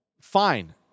Fine